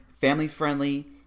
Family-friendly